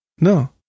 no